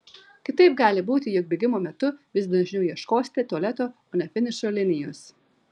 kitaip gali būti jog bėgimo metu vis dažniau ieškosite tualeto o ne finišo linijos